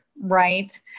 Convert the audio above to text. right